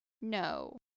no